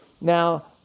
Now